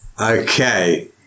Okay